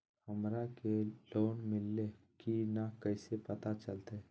हमरा के लोन मिल्ले की न कैसे पता चलते?